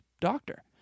doctor